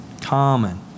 common